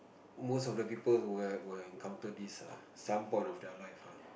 most of the people will will encounter this ah some point of their life ah